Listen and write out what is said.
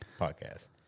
podcast